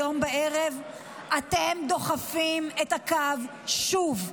היום בערב אתם דוחפים את הקו שוב.